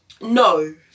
No